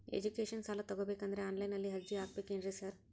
Education ಸಾಲ ತಗಬೇಕಂದ್ರೆ online ನಲ್ಲಿ ಅರ್ಜಿ ಹಾಕ್ಬೇಕೇನ್ರಿ ಸಾರ್?